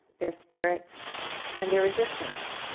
their spirit and their resistance,